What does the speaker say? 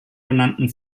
genannten